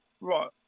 right